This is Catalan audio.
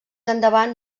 endavant